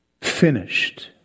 finished